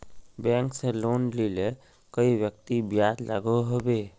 Bank से loan लिले कई व्यक्ति ब्याज लागोहो होबे?